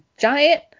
giant